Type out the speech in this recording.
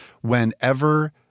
whenever